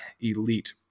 elite